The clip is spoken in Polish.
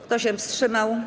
Kto się wstrzymał?